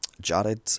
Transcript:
Jared